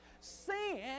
Sin